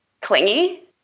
clingy